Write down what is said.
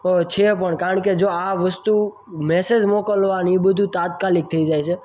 છે પણ કારણ કે જો આ વસ્તુ મેસેજ મોકલવા ને એ બધું તાત્કાલિક થઈ જાય છે